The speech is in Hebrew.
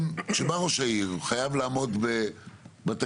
כשבא ראש העיר וחייב לעמוד בתקציב,